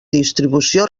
distribució